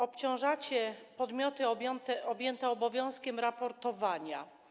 Obciążacie podmioty objęte obowiązkiem raportowania.